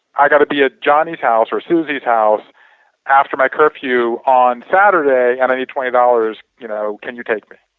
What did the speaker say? i got to be at johnny's house or susie's house after my curfew on saturday, and i need twenty dollars, you know can you take me.